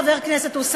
חבר הכנסת אוסאמה,